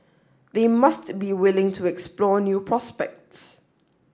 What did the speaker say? they must be willing to explore new prospects